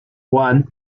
one